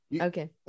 okay